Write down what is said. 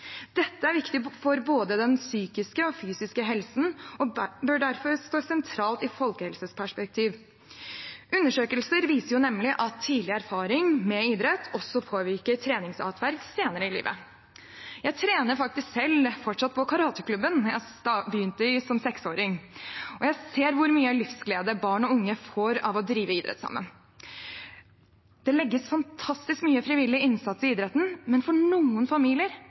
Dette er viktig for både den psykiske og fysiske helsen og bør derfor stå sentralt i et folkehelseperspektiv. Undersøkelser viser nemlig at tidlig erfaring med idrett også påvirker treningsatferd senere i livet. Jeg trener selv fortsatt på karateklubben jeg begynte i som seksåring, og jeg ser hvor mye livsglede barn og unge får av å drive idrett sammen. Det legges fantastisk mye frivillig innsats i idretten, men for noen familier